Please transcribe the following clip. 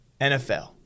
NFL